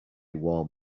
warm